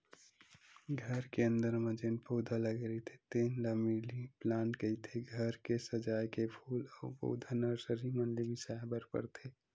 घर के अंदर म जेन पउधा लगे रहिथे तेन ल मिनी पलांट कहिथे, घर के सजाए के फूल अउ पउधा नरसरी मन ले बिसाय बर परथे